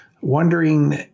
wondering